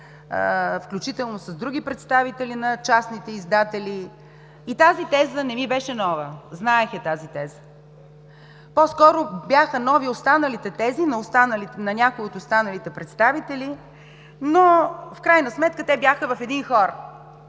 включително с други представители на частните издатели и тази теза не ми беше нова, знаех я. По-скоро бяха нови останалите тези на някои от останалите представители, но в крайна сметка те бяха в един хор